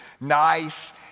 nice